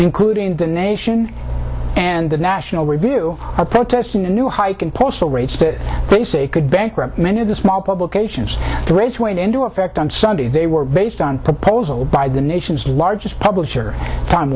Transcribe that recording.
including the nation and the national review are protesting a new hike in postal rates that they say could bankrupt many of the small publications rates went into effect on sunday they were based on proposal by the nation's largest publisher time